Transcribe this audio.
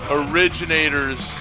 originators